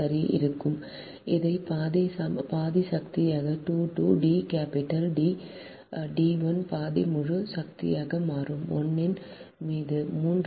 சரிஇருக்கும் அதை பாதி சக்தியாக 2 2 D capital D d 1 பாதி முழு சக்தியாக மாறும் 1 ன் மீது 3